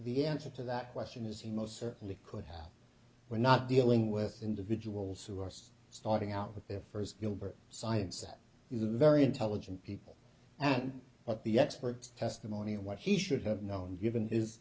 the answer to that question is he most certainly could have we're not dealing with individuals who are so starting out with their first gilbert science that he was very intelligent people but the expert testimony of what he should have known given his